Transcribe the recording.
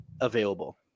available